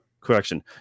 correction